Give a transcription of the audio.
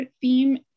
theme